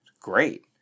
Great